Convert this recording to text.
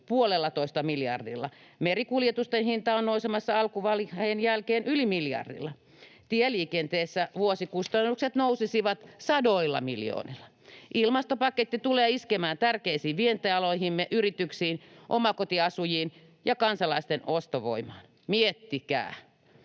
puolellatoista miljardilla. Merikuljetusten hinta on nousemassa alkuvaiheen jälkeen yli miljardilla. Tieliikenteessä vuosikustannukset nousisivat sadoilla miljoonilla. Ilmastopaketti tulee iskemään tärkeisiin vientialoihimme, yrityksiin, omakotiasujiin ja kansalaisten ostovoimaan. — Miettikää.